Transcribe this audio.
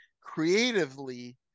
creatively